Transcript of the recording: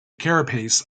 carapace